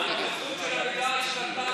עוד שנייה.